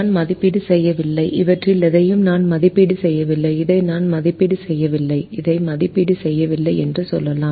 நான் மதிப்பீடு செய்யவில்லை இவற்றில் எதையும் நான் மதிப்பீடு செய்யவில்லை இதை நான் மதிப்பீடு செய்யவில்லை இதை மதிப்பீடு செய்யவில்லை என்று சொல்லலாம்